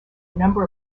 number